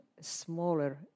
smaller